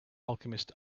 alchemist